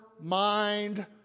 mind